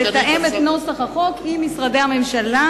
לתאם את נוסח החוק עם משרדי הממשלה,